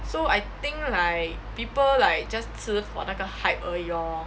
so I think like people like just 吃 for 那个 hype 而已 lor